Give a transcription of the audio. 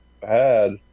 bad